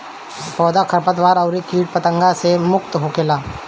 पौधा खरपतवार अउरी किट पतंगा से मुक्त होखेला